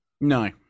No